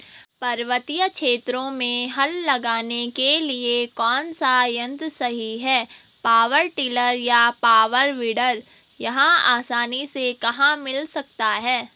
पर्वतीय क्षेत्रों में हल लगाने के लिए कौन सा यन्त्र सही है पावर टिलर या पावर वीडर यह आसानी से कहाँ मिल सकता है?